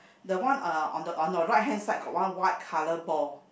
the one uh on the on the right hand side got one white colour ball